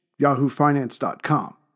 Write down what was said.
yahoofinance.com